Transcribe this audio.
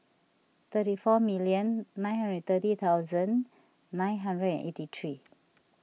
thirty four million nine hundred and thirty thousand nine hundred and eighty three